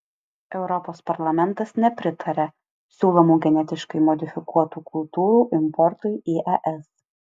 europos parlamentas nepritaria siūlomų genetiškai modifikuotų kultūrų importui į es